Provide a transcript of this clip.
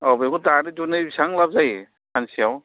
औ बेखौ दानै दुनै बेसेबां लाब जायो सानसेयाव